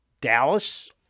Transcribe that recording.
Dallas